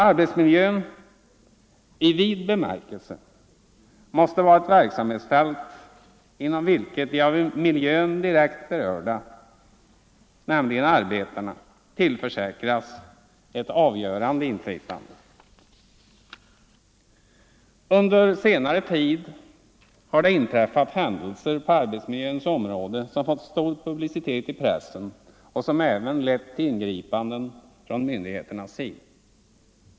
Arbetsmiljön, i vid bemärkelse, måste vara ett verksamhetsfält inom vilket de av miljön direkt berörda, nämligen arbetarna, tillförsäkras ett avgörande inflytande. Under senare tid har det inträffat händelser på arbetsmiljöns område som fått stor publicitet i pressen och som även har lett till ingripanden från myndigheternas sida.